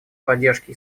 поддержке